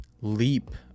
leap